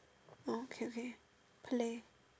oh okay okay play